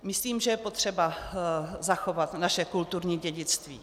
Myslím, že je potřeba zachovat naše kulturní dědictví.